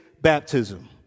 baptism